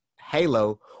Halo